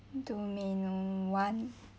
domain one